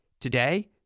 Today